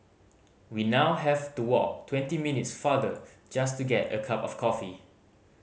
we now have to walk twenty minutes farther just to get a cup of coffee